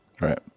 Right